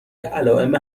علائم